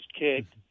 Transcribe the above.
kicked